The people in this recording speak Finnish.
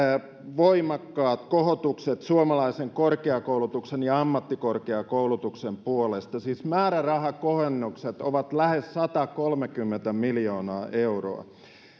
voimakkaat kohotukset suomalaisen korkeakoulutuksen ja ammattikorkeakoulutuksen puolesta siis määrärahakohennukset ovat lähes satakolmekymmentä miljoonaa euroa